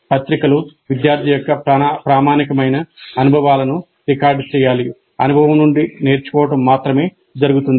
పత్రికలు విద్యార్థి యొక్క ప్రామాణికమైన అనుభవాలను రికార్డ్ చేయాలి అనుభవం నుండి నేర్చుకోవడం మాత్రమే జరుగుతుంది